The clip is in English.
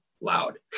loud